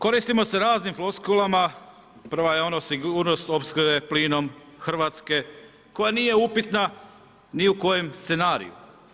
Koristimo se raznim floskulama, prvo je ona sigurnost opskrbe plinom Hrvatske, koja nije upitna ni u kojem scenariju.